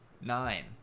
Nine